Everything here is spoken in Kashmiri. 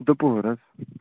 دُپوٗر حظ